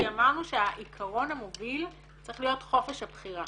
כי אמרנו שהעיקרון המוביל צריך להיות חופש הבחירה